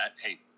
hey